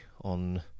on